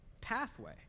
pathway